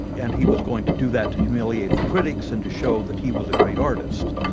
and he was going to do that to humiliate the critics and to show that he was a great artist.